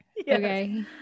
Okay